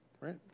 right